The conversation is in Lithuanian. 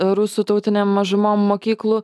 rusų tautinė mažuma mokyklų